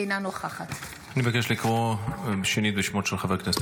אינה נוכחת אני מבקש לקרוא שנית בשמות של חברי הכנסת,